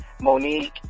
Monique